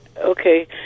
Okay